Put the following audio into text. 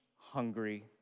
hungry